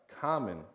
common